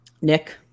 Nick